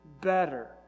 better